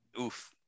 oof